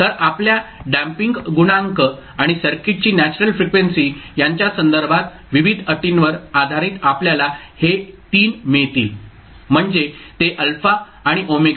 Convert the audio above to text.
तर आपल्या डॅम्पिंग गुणांक आणि सर्किटची नॅचरल फ्रिक्वेन्सी यांच्या संदर्भात विविध अटींवर आधारित आपल्याला हे 3 मिळतील म्हणजे ते α आणि ω0 आहे